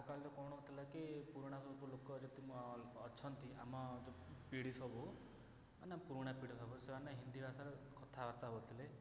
ଆଗକାଳରେ କଣ ହେଉଥିଲା କି ପୁରୁଣା ସବୁ ଲୋକ ଯେତିକି ମ ଅଛନ୍ତି ଆମ ତ ପିଢ଼ୀ ସବୁ ମାନେ ପୁରୁଣା ପିଢ଼ୀ ସବୁ ସେମାନେ ହିନ୍ଦୀ ଭାଷା କଥାବାର୍ତ୍ତା ହେଉଥିଲେ